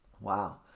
Wow